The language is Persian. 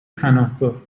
پناهگاه